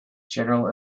general